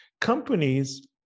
Companies